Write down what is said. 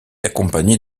accompagnée